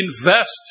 invest